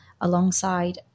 alongside